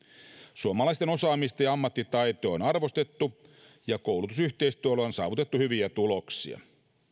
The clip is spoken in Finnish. suomalaisten osaamista ja ammattitaitoa on arvostettu ja koulutusyhteistyöllä on saavutettu hyviä tuloksia